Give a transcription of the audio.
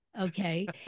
okay